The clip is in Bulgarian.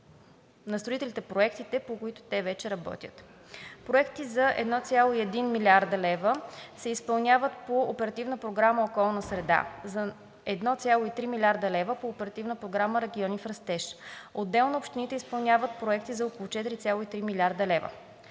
на строителите проектите, по които те вече работят. Проекти за 1,1 млрд. лв. се изпълняват по ОП „Околна среда“, за 1,3 млрд. лв. по Оперативна програма „Региони в растеж“, отделно общините изпълняват проекти за около 4,3 млрд. лв.